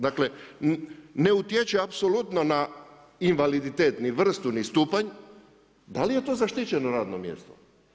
Dakle, ne utječe apsolutno na invaliditet, ni vrstu, ni stupanj, da li je to zaštićeno radno mjesto?